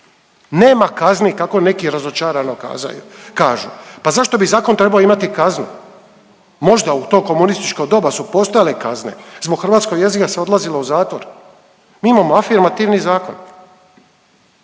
Nema kazni kako neki razočarano kažu. Pa zašto bi zakon trebao imati kaznu. Možda u to komunističko doba su postojale kazne, zbog hrvatskog jezika se odlazilo u zatvor. Mi imamo afirmativni zakon.